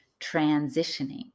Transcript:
transitioning